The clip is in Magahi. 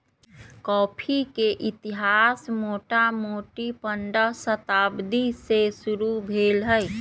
कॉफी के इतिहास मोटामोटी पंडह शताब्दी से शुरू भेल हइ